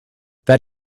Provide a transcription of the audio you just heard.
that